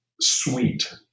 sweet